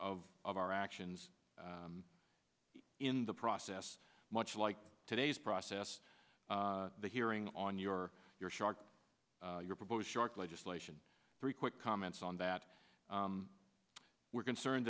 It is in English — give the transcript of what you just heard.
of our actions in the process much like today's process the hearing on your your shark your proposed shark legislation three quick comments on that we're concerned